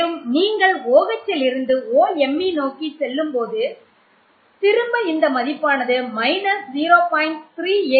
மேலும் நீங்கள் OH இருந்து OMe நோக்கிச் செல்லும்போது திரும்ப இந்த மதிப்பானது 0